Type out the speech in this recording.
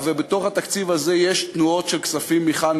ובתוך התקציב הזה יש תנועות של כספים לכאן